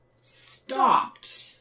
stopped